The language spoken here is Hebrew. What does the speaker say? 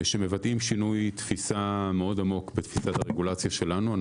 העבודה מבטאת שינוי תפיסה מאוד עמוקה בתפיסת הרגולציה שלנו.